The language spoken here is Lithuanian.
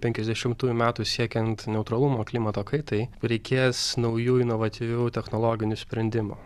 penkiasdešimtųjų metų siekiant neutralumo klimato kaitai reikės naujų inovatyvių technologinių sprendimų